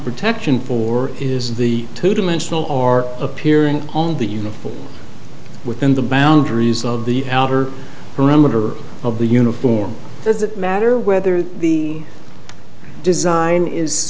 protection for is the two dimensional or appearing on the uniform within the boundaries of the outer perimeter of the uniform does it matter whether the design is